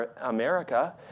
America